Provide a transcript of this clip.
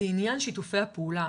זה עניין שיתופי הפעולה.